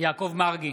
יעקב מרגי,